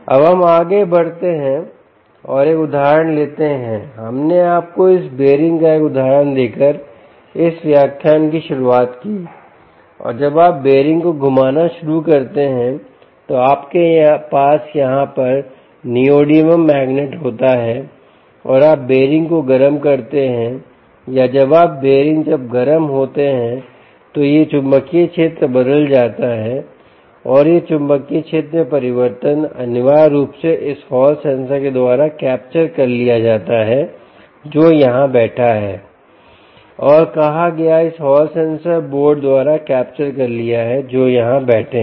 अब हम आगे बढ़ते हैं और एक उदाहरण लेते हैं हमने आपको इस बेरिंग का एक उदाहरण देकर इस व्याख्यान की शुरुआत की और जब आप बेरिंग को घुमाना शुरू करते हैं तो आपके पास यहां पर नियोडिमियम मैग्नेट होता है और आप बेरिंग को गर्म करते हैं या जब आप बेरिंग जब गर्म होते हैं तो यह चुंबकीय क्षेत्र बदल जाता है और यह चुंबकीय क्षेत्र चुंबकीय क्षेत्र में परिवर्तन अनिवार्य रूप से इस हॉल सेंसर के द्वारा कैप्चर कर लिया जाता है जो यहां बैठा है और कहा गया इस हॉल सेंसर बोर्ड द्वारा कैप्चर कर लिया है जो यहां बैठे हैं